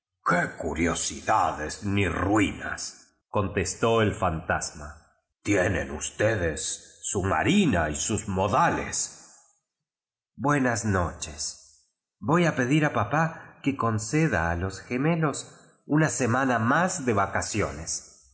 curiosidades ni qué ruinascon testó el fantasma tienen ustedes su marina y sus modales buenas noches voy pedir a papá que conceda a los gemelos una semana unía de vacaciones